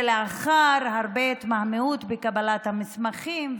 לאחר הרבה התמהמהות בקבלת המסמכים,